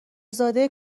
زاده